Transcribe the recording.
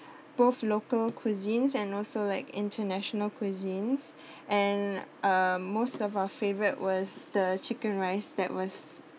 um both local cuisines and also like international cuisines and uh most of our favourite was the chicken rice that was